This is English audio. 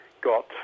got